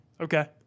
Okay